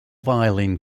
violin